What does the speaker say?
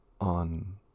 on